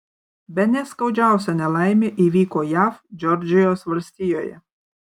bene skaudžiausia nelaimė įvyko jav džordžijos valstijoje